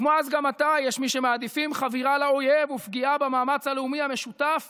כמו אז גם עתה יש מי שמעדיפים חבירה לאויב ופגיעה במאמץ הלאומי המשותף